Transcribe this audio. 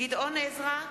גדעון עזרא,